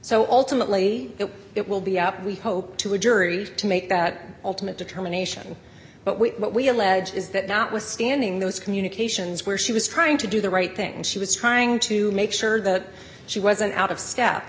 alternately it will be up we hope to a jury to make that ultimate determination but what we allege is that notwithstanding those communications where she was trying to do the right thing and she was trying to make sure that she wasn't out of